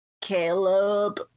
Caleb